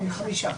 לא, חמישה.